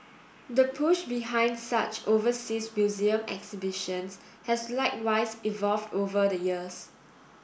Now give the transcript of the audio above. the push behind such overseas museum exhibitions has likewise evolved over the years